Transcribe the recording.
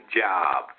job